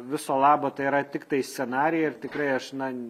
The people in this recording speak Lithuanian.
viso labo tai yra tiktai scenarijai ir tikrai aš na